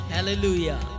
Hallelujah